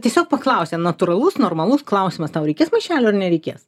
tiesiog paklausia natūralus normalus klausimas tau reikės maišelio ar nereikės